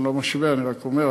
אני לא משווה, אני רק אומר.